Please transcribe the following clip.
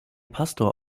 pastor